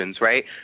right